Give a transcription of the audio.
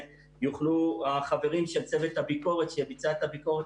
יוכלו החברים של הצוות שביצע את הביקורת לענות,